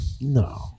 No